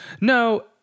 no